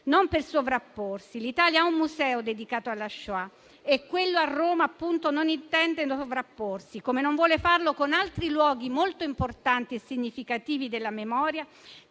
non per sovrapporvi. L'Italia ha un museo dedicato alla Shoah e quello a Roma non intende sovrapporsi, come non vuole farlo con altri luoghi molto importanti e significativi della memoria